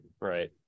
Right